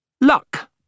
Luck